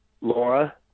Laura